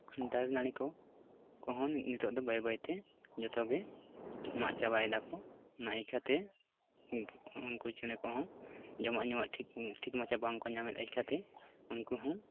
ᱫᱟᱨᱮᱼᱱᱟᱲᱤ ᱠᱚ ᱠᱚᱦᱚᱸ ᱱᱤᱛᱳᱜ ᱫᱚ ᱵᱟᱹᱭ ᱵᱟᱹᱭᱛᱮ ᱡᱚᱛᱚᱜᱮ ᱢᱟᱜ ᱪᱟᱵᱟᱭ ᱫᱟᱠᱚ ᱚᱱᱟ ᱤᱭᱠᱟᱹᱛᱮ ᱩᱱᱠᱩ ᱪᱮᱬᱮ ᱠᱚᱦᱚᱸ ᱡᱚᱢᱟᱜ ᱧᱩᱣᱟᱜ ᱴᱷᱤᱠ ᱴᱷᱤᱠ ᱢᱚᱪᱷᱟ ᱵᱟᱝ ᱠᱚ ᱧᱟᱢᱮᱫ ᱟᱹᱭᱠᱷᱟᱹᱛᱮ ᱩᱱᱠᱩ ᱦᱚᱸ